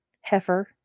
Heifer